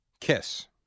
Kiss